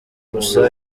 gusa